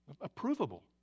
approvable